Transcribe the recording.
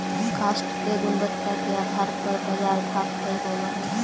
काष्ठ के गुणवत्ता के आधार पर बाजार भाव तय होवऽ हई